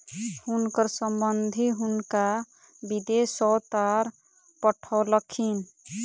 हुनकर संबंधि हुनका विदेश सॅ तार पठौलखिन